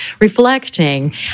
reflecting